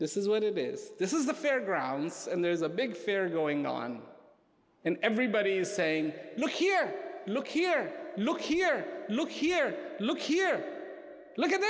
this is what it is this is the fairgrounds and there's a big ferry going on and everybody is saying look here look here look here look here look here look at